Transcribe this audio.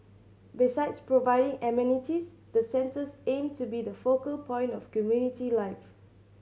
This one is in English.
besides providing amenities the centres aim to be the focal point of community life